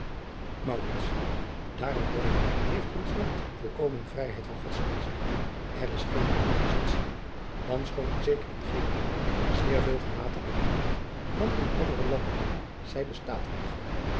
daarenboven heeft ons land volkomen vrijheid van godsdienst er is geene inquisitie want schoon die zeker in genua zeer veel gematigder handelt dan in andere landen zij bestaat